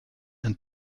and